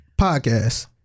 podcast